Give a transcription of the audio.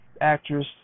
Actress